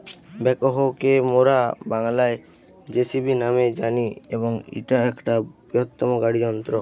backhoe কে মোরা বাংলায় যেসিবি ন্যামে জানি এবং ইটা একটা বৃহত্তম গাড়ি যন্ত্র